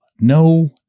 No